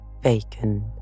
vacant